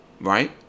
Right